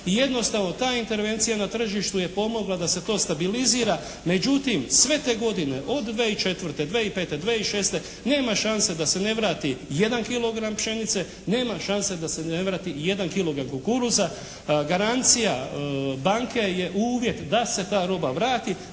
jednostavno ta intervencija na tržištu je pomogla da se to stabilizira. Međutim sve to godine od 2004., 2005., 2006. nema šanse da se ne vrati jedan kilogram pšenice, nema šanse da se ne vrati i jedan kilogram kukuruza. Garancija banke je uvjet da se ta roba vrati,